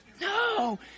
No